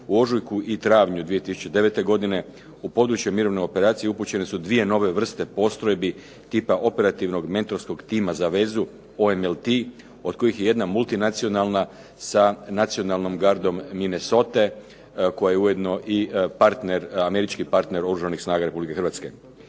U ožujku i travnju 2009. godine u područje mirovne operacije upućene su dvije nove vrste postrojbi tipa operativnog mentorskog tima za vezu OMLT od kojih je jedna multinacionalna sa nacionalnom gardom Minnesote koja je ujedno i partner, američki partner Oružanih snaga Republike Hrvatske.